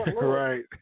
Right